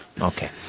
Okay